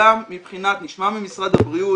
גם מבחינה נשמע ממשרד הבריאות